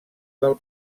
del